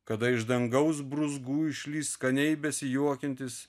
kada iš dangaus brūzgų išlįs skaniai besijuokiantis